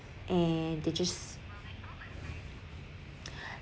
and they just